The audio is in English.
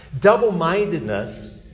Double-mindedness